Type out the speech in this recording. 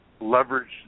leverage